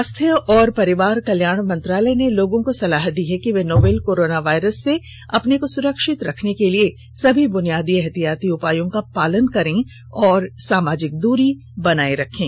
स्वास्थ्य और परिवार कल्याण मंत्रालय ने लोगों को सलाह दी है कि वे नोवल कोरोना वायरस से अपने को सुरक्षित रखने के लिए सभी बुनियादी एहतियाती उपायों का पालन करें और सामाजिक दूरी बनाए रखें